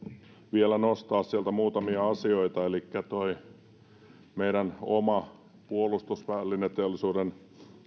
vielä nostaa sieltä muutamia asioita tuo meidän oma puolustusvälineteollisuuden